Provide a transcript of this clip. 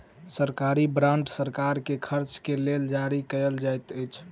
सरकारी बांड सरकार के खर्च के लेल जारी कयल जाइत अछि